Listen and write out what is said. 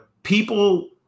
People